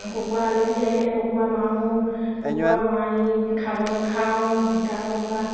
কুকুৰা আলহী আহিলে কুকুৰা মাৰোঁ কুকুৰা মাৰি খাবলৈ খাওঁ তাৰপৰা